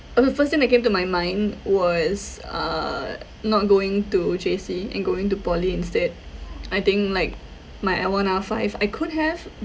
uh the first thing that came to my mind was uh not going to J_C and going to poly instead I think like my L one R five I could have